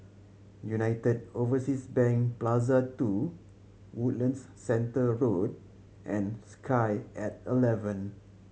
United Overseas Bank Plaza Two Woodlands Centre Road and Sky At Eleven